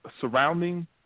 surrounding